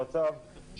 יגיעו בזמן שהצו יורד.